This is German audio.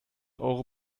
euro